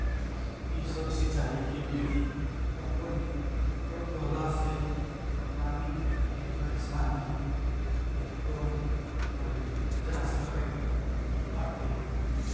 इ सब सिंचाई के विधि अपनवला से पानी के परेशानी के कम कईल जा सकत बाटे